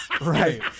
Right